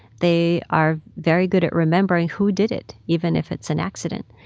they are very good at remembering who did it, even if it's an accident.